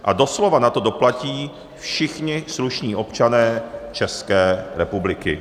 A doslova na to doplatí všichni slušní občané České republiky.